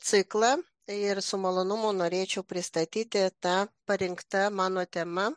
ciklą ir su malonumu norėčiau pristatyti tą parinktą mano tema